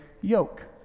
yoke